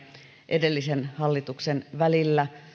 edellisen hallituksen välillä